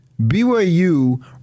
BYU